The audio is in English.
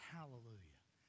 Hallelujah